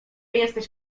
jesteś